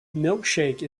milkshake